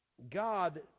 God